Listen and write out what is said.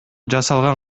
жасалган